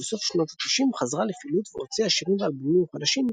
ובסוף שנות ה-90 חזרה לפעילות והוציאה שירים ואלבומים חדשים,